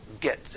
get